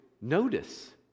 notice